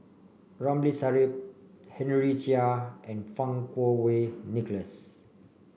Ramli Sarip Henry Chia and Fang Kuo Wei Nicholas